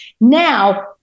Now